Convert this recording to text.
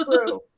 true